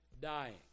dying